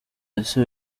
ese